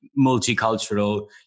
multicultural